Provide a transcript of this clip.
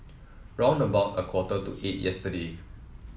round about a quarter to eight yesterday